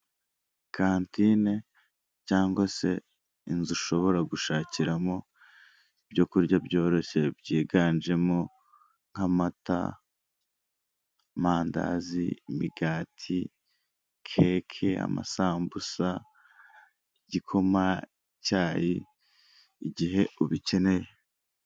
Kantine cyangwa se inzu ushobora gushakiramo ibyo kurya byoroshye byiganjemo nk'amata, amandazi, imigati, keke, amasambusa, igikoma, icyayi igihe ubikeneye.